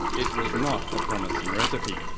it was not a promising recipe.